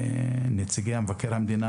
נציגי משרד מבקר המדינה,